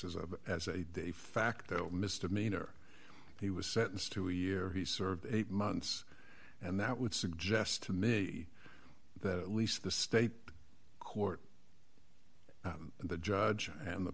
as a as a factor misdemeanor he was sentenced to a year he served eight months and that would suggest to me that at least the state court the judge and the